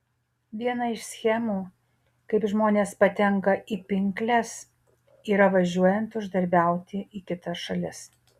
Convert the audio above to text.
viena iš schemų kaip žmonės patenka į pinkles yra važiuojant uždarbiauti į kitas šalis